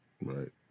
Right